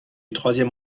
troisième